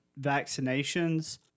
vaccinations